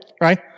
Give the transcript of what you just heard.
Right